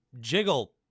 Jiggle